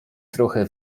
trochę